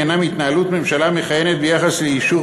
עניינם התנהלות ממשלה מכהנת ביחס לאישור